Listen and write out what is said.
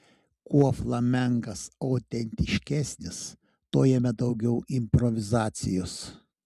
kuo flamenkas autentiškesnis tuo jame daugiau improvizacijos